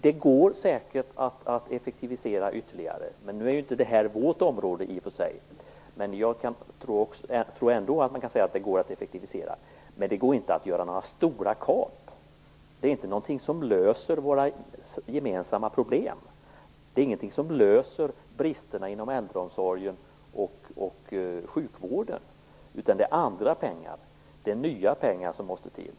Det går säkert att effektivisera ytterligare. Detta är i och för sig inte vårt område. Jag tror att det går att effektivisera, men det går inte att göra stora kap. Det är heller inte något som löser våra gemensamma problem eller bristerna inom äldreomsorgen och sjukvården. Det handlar i stället om att andra pengar, nya pengar, måste till.